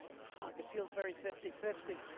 fuck, it feels very fifty fifty.